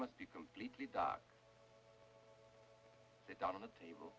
must be completely dark sit down on the table